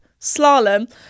slalom